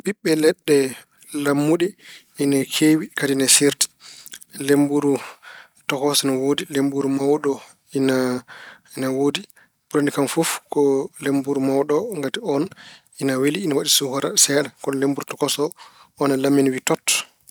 Ɓiɓɓe leɗɗe lammune ina keewi kadi ina seerti. Lemmburu tokosoo ina woodi. Lem mawɗo ina- ina woodi. Ɓurani kam fof ko lemmburu mawɗo o ngati oon ina weli, ina waɗi suukara seeɗa. Kono lemmburu tokosoo o, oon ina lammi ina wiy tot.